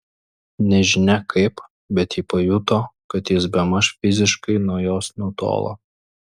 nežinia kaip bet ji pajuto kad jis bemaž fiziškai nuo jos nutolo